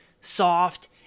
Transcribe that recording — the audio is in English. soft